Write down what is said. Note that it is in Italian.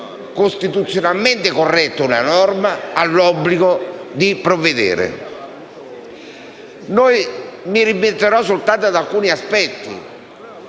costituzionalmente corretta una norma, ha l'obbligo di provvedere. Mi limiterò soltanto ad alcuni aspetti: